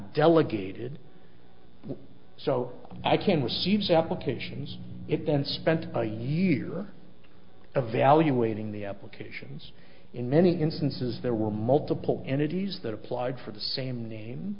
delegated so i can receive the applications it then spent a year a value waiting the applications in many instances there were multiple entities that applied for the same name